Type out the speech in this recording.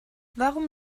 warum